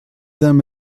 them